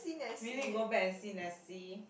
we need to go back and see Nessie